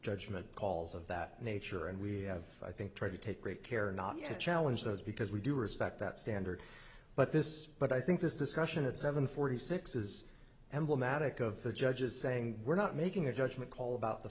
judgment calls of that nature and we have i think tried to take great care not to challenge those because we do respect that standard but this but i think this discussion at seven forty six is emblematic of the judges saying we're not making a judgment call about the